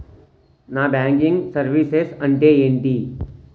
Non banking services అంటే ఎంటి?